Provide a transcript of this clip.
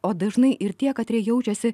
o dažnai ir tie katrie jaučiasi